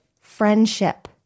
friendship